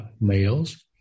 males